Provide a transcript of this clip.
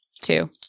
Two